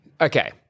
Okay